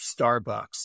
Starbucks